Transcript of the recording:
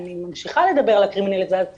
כשאני ממשיכה לדבר על הקרימיניליזציה